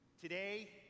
Today